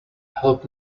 help